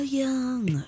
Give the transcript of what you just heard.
young